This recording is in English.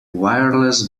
wireless